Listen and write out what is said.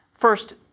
First